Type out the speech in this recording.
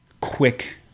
quick